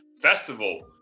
festival